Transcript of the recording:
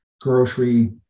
grocery